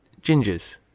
gingers